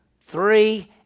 three